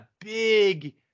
big